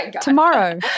tomorrow